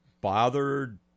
bothered